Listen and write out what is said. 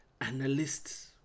analysts